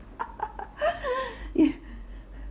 ya